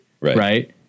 Right